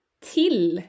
Till